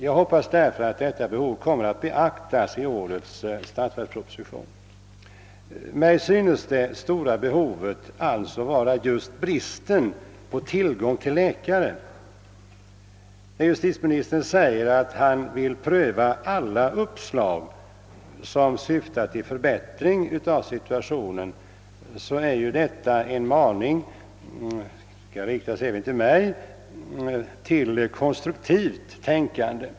Jag hoppas därför att detta behov kommer att beaktas i årets statsverksproposition. Mig synes det stora problemet alltså vara just den bristande tillgången på läkare. När justitieministern säger att han vill pröva alla uppslag som syftar till förbättring av situationen är ju detta en maning — den riktas även till mig — till konstruktivt tänkande.